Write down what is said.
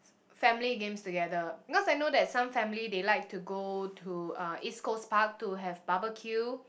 family games together cause I know that some family they like to go to uh East Coast Park to have barbecue